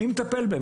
מי מטפל בהם?